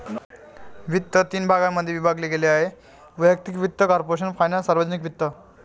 वित्त तीन भागांमध्ये विभागले गेले आहेः वैयक्तिक वित्त, कॉर्पोरेशन फायनान्स, सार्वजनिक वित्त